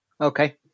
Okay